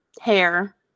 hair